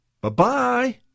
bye-bye